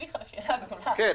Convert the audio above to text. השב"כ?